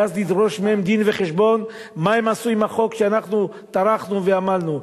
ואז לדרוש מהם דין-וחשבון מה הם עשו עם החוק שאנחנו טרחנו ועמלנו עליו.